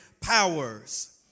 powers